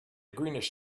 greenish